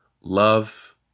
Love